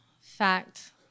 Fact